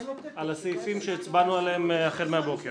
על הסעיפים שהצבענו עליהם החל מהבוקר.